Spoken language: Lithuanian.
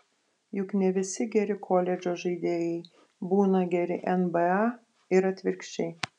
juk ne visi geri koledžo žaidėjai būna geri nba ir atvirkščiai